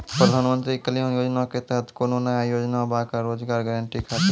प्रधानमंत्री कल्याण योजना के तहत कोनो नया योजना बा का रोजगार गारंटी खातिर?